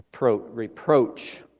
reproach